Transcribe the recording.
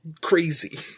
crazy